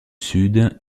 sud